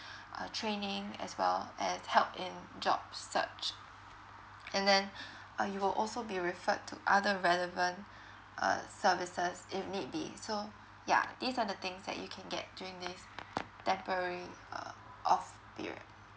uh training as well as help in job search and then uh you will also be referred to other relevant uh services if need be so yeah these are the things that you can get during this temporary err off period